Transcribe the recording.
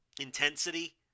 intensity